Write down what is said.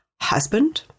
husband